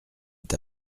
est